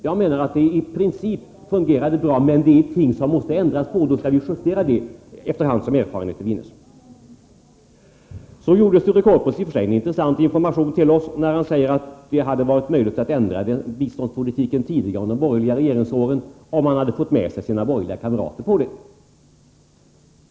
Jag menar att det i princip fungerar bra, men det finns ting som man måste ändra på, och dem skall vi justera efter hand som erfarenheter vinns. Sture Korpås lämnade en i och för sig intressant information till oss. Han sade att det hade varit möjligt att ändra biståndspolitiken tidigare under de borgerliga regeringsåren, om man hade fått med sig sina borgerliga kamrater på det.